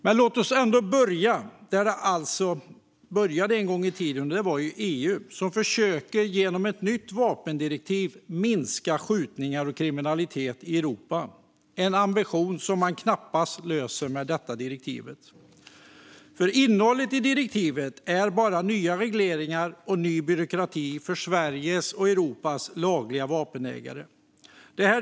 Men låt oss ändå börja där det en gång i tiden började. Det var alltså EU som genom ett nytt vapendirektiv försökte minska skjutningar och kriminalitet i Europa, en ambition som man knappast löser med detta direktiv. Innehållet i direktivet är nämligen bara nya regleringar och ny byråkrati för Sveriges och Europas lagliga vapenägare.